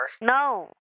no